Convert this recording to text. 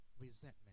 resentment